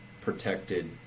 protected